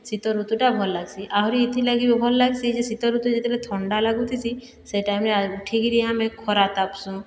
ଶୀତ ଋତୁଟା ଭଲ୍ ଲାଗ୍ସି ଆହୁରି ଏଥିଲାଗି ବି ଭଲ ଲାଗ୍ସି ଯେ ଶୀତ ଋତୁ ଯେତେବେଳେ ଥଣ୍ଡା ଲାଗୁଥିସି ସେହି ଟାଇମରେ ଉଠିକିରି ଆମେ ଖରା ତାପ୍ସୁଁ